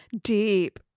Deep